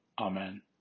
Amen